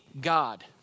God